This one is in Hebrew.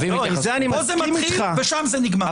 פה זה מתחיל ושם זה נגמר.